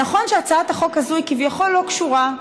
נכון שהצעת החוק הזאת היא כביכול לא קשורה,